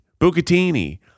Bucatini